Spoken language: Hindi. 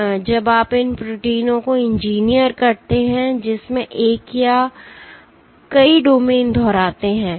इसलिए जब आप इन प्रोटीनों को इंजीनियर करते हैं जिसमें एक या कई डोमेन दोहराते हैं